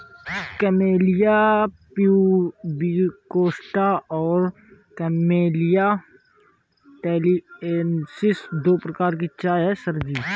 camellia pubicosta और Camellia taliensis दो प्रकार की चाय है सर जी